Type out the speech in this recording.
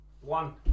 one